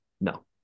No